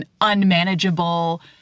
unmanageable